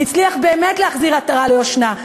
הצליח באמת להחזיר עטרה ליושנה.